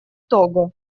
того